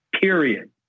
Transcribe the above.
period